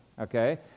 okay